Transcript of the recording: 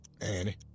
Annie